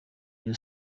iyo